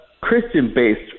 Christian-based